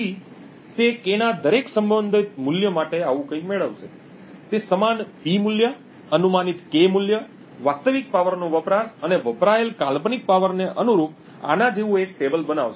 તેથી તે K ના દરેક સંભવિત મૂલ્ય માટે આવું કંઈક મેળવશે તે સમાન P મૂલ્ય અનુમાનિત K મૂલ્ય વાસ્તવિક પાવરનો વપરાશ અને વપરાયેલ કાલ્પનિક પાવરને અનુરૂપ આના જેવું એક ટેબલ બનાવશે